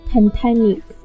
Titanic